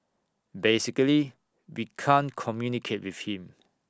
basically we can't communicate with him